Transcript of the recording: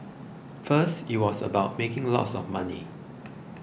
first it was about making lots of money